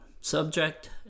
subject